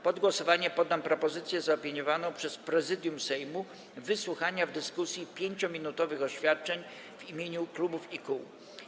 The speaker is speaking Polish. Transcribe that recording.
Pod głosowanie poddam propozycję zaopiniowaną przez Prezydium Sejmu wysłuchania w dyskusji 5-minutowych oświadczeń w imieniu klubów i kół.